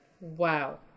Wow